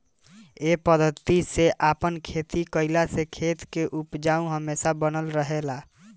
ए पद्धति से आपन खेती कईला से खेत के उपज हमेशा बनल रहेला